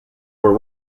were